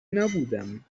نبودم